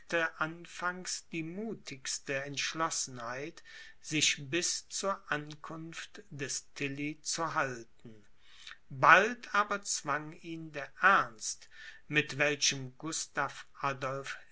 anfangs die muthigste entschlossenheit sich bis zur ankunft des tilly zu halten bald aber zwang ihn der ernst mit welchem gustav adolph